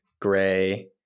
gray